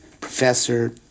professor